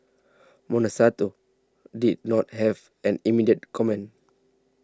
did not have an immediate comment